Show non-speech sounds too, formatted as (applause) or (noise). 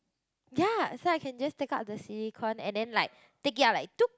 ya so I can just take out the silicon and then like take it out like (noise)